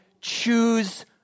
choose